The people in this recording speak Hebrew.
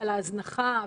על ההזנחה,